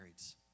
marrieds